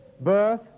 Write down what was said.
Birth